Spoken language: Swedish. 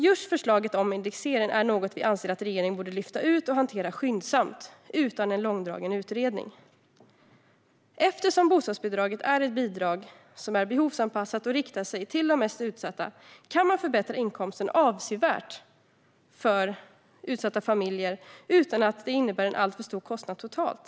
Just förslaget om indexering är något vi anser att regeringen borde lyfta ut och hantera skyndsamt utan en långdragen utredning. Eftersom bostadsbidraget är ett bidrag som är behovsanpassat och som riktar sig till de mest utsatta kan man förbättra inkomsten avsevärt för utsatta familjer utan att det innebär en alltför stor kostnad totalt.